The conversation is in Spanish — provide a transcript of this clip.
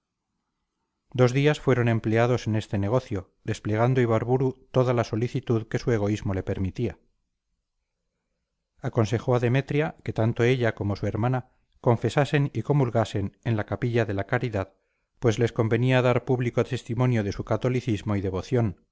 dos días fueron empleados en este negocio desplegando ibarburu toda la solicitud que su egoísmo le permitía aconsejó a demetria que tanto ella como su hermana confesasen y comulgasen en la capilla de la caridad pues les convenía dar público testimonio de su catolicismo y devoción